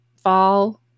fall